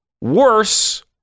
worse